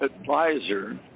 advisor